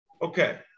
Okay